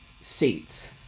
seats